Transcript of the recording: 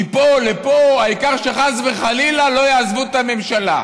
מפה לפה, העיקר שחס וחלילה לא יעזבו את הממשלה.